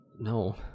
No